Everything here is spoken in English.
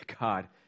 God